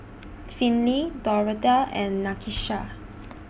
Finley Doretha and Nakisha